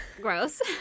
gross